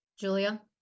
Julia